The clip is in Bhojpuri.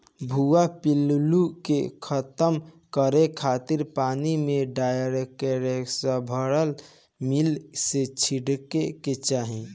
भुआ पिल्लू के खतम करे खातिर पानी में डायकलोरभास मिला के छिड़के के चाही